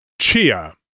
Chia